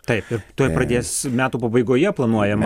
taip ir tuoj pradės metų pabaigoje planuojama